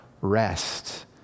rest